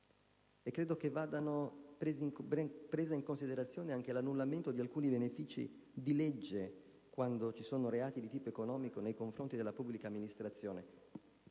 e credo che vada preso in considerazione anche l'annullamento di alcuni benefìci di legge quando intervengono reati di carattere economico nei confronti di una pubblica amministrazione.